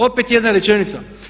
Opet jedna rečenica.